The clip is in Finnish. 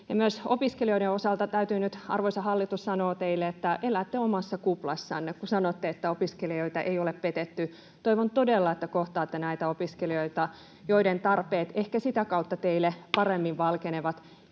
Myös opiskelijoiden osalta täytyy nyt, arvoisa hallitus, sanoa teille, että elätte omassa kuplassanne, kun sanotte, että opiskelijoita ei ole petetty. Toivon todella, että kohtaatte opiskelijoita, joiden tarpeet ehkä sitä kautta teille paremmin valkenevat,